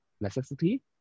necessity